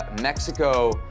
Mexico